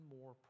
more